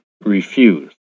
REFUSE